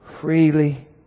freely